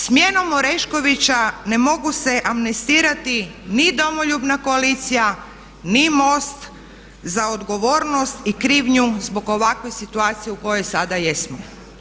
Smjenom Oreškovića ne mogu se amnestirati ni Domoljubna koalicija ni MOST za odgovornost i krivnju zbog ovakve situacije u kojoj sada jesmo.